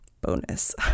Bonus